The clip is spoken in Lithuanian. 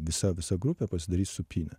visa visa grupė pasidarys supynę